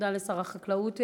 תודה לשר החקלאות.